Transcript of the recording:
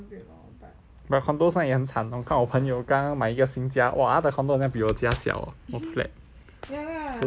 but condo 现在也很惨 lor 看我朋友刚刚买一个新家: kan wo peng you gang gang mai yi ge xin jia !wah! 他的 condo 好像比我家小 flat so small